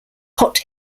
hot